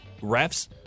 refs